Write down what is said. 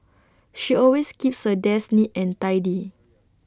she always keeps her desk neat and tidy